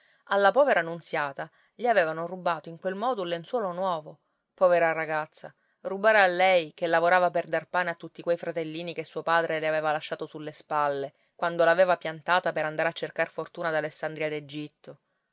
alla povera nunziata le avevano rubato in quel modo un lenzuolo nuovo povera ragazza rubare a lei che lavorava per dar pane a tutti quei fratellini che suo padre le aveva lasciato sulle spalle quando l'aveva piantata per andare a cercar fortuna ad alessandria